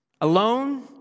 alone